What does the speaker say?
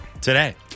today